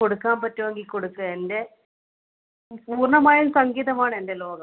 കൊടുക്കാൻ പറ്റുമെങ്കിൽ കൊടുക്കുക എൻ്റെ പൂർണ്ണമായും സംഗീതമാണ് എൻ്റെ ലോകം